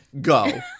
Go